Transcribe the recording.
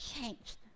changed